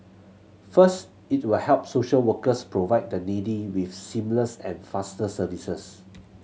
first it will help social workers provide the needy with seamless and faster services